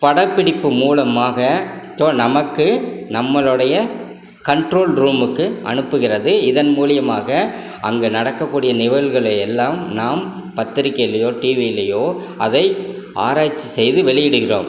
படப்பிடிப்பு மூலமாக இப்போது நமக்கு நம்மளுடைய கண்ட்ரோல் ரூமுக்கு அனுப்புகிறது இதன் மூலியமாக அங்கு நடக்கக்கூடிய நிகழ்வுகளை எல்லாம் நாம் பத்திரிக்கைகளிலேயோ டிவியிலேயோ அதை ஆராய்ச்சி செய்து வெளியிடுகிறோம்